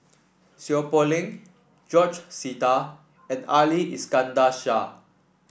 Seow Poh Leng George Sita and Ali Iskandar Shah